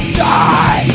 die